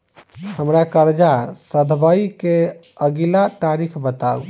हम्मर कर्जा सधाबई केँ अगिला तारीख बताऊ?